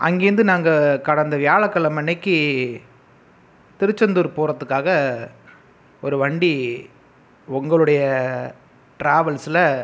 அங்கேருந்து நாங்கள் கடந்த வியாழக்கிழமை அன்னைக்கு திருச்செந்தூர் போகறதுக்காக ஒரு வண்டி உங்களுடைய டிராவல்ஸில்